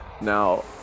Now